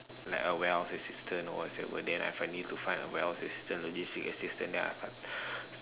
like a warehouse assistant or whatsoever then if I need to find a warehouse assistant logistic assistant then I